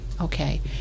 Okay